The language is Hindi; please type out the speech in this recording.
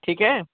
ठीक है